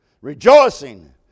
rejoicing